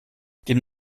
dem